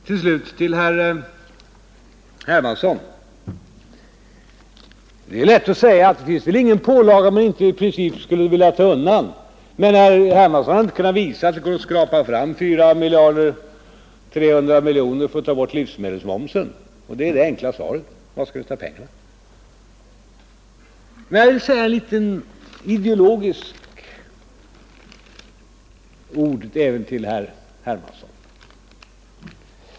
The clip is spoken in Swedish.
Till slut vill jag säga till herr Hermansson att det är lätt att påstå att det inte finns någon pålaga som man inte i princip skulle vilja ta bort, men herr Hermansson har inte kunnat visa att det går att skrapa fram de 4,3 miljarder som skulle behövas för att ta bort livsmedelsmomsen — det är det enkla svaret. Var skulle vi ta de pengarna? Jag vill emellertid säga ett litet ideologiskt ord även till herr Hermansson.